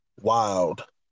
wild